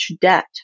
debt